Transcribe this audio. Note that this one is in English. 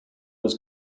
was